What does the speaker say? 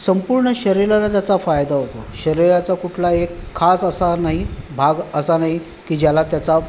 संपूर्ण शरीराला त्याचा फायदा होतो शरीराचा कुठला एक खास असा नाही भाग असा नाही की ज्याला त्याचा